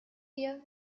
wir